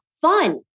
fun